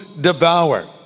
devour